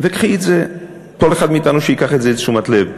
וקחי את זה, כל אחד מאתנו שייקח את זה לתשומת לב.